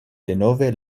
denove